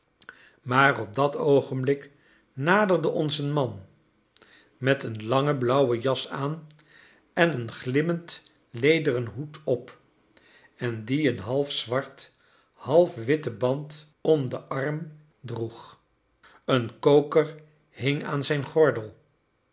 maar op dat oogenblik naderde ons een man met een lange blauwe jas aan en een glimmend lederen hoed op en die een half zwarthalf witten band om den arm droeg een koker hing aan zijn gordel